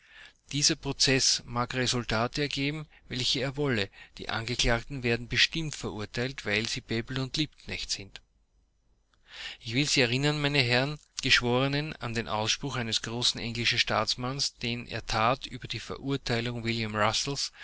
dieser prozeß mag resultate ergeben welche er wolle die angeklagten werden bestimmt verurteilt weil sie bebel und liebknecht sind ich will sie erinnern meine herren geschworenen an den ausspruch eines großen englischen staatsmannes den er tat über die verurteilung